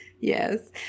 yes